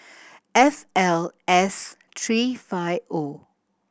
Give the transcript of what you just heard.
F L S three five O